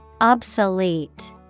Obsolete